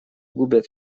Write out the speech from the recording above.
губят